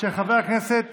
של חבר הכנסת